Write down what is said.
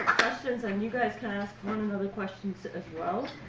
questions, and you guys can ask one another questions as well.